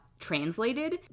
translated